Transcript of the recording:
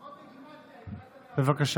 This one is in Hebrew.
בבקשה,